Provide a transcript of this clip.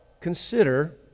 consider